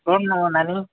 କ'ଣ ନେବ ନାନୀ